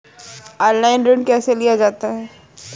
Online ऋण कैसे लिया जाता है?